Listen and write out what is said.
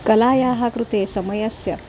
कलायाः कृते समयस्य